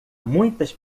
muitas